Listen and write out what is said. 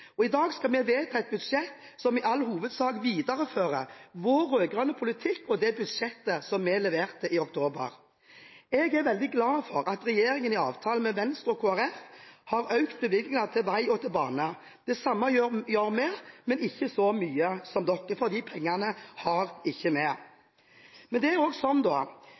innfri. I dag skal vi vedta et budsjett som i all hovedsak viderefører vår rød-grønne politikk i budsjettet vi leverte i oktober. Jeg er veldig glad for at regjeringen i avtalen med Venstre og Kristelig Folkeparti har økt bevilgningene til vei og bane. Det samme gjør vi, men ikke så mye som dem – for de pengene har ikke vi. Det er også sånn